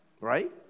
right